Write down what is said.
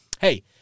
hey